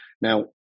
Now